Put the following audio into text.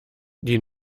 die